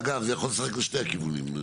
אגב, זה יכול לשחק לשני הכיוונים.